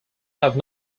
have